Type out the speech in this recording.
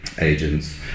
agents